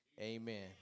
amen